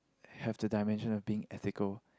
have the dimension of being ethical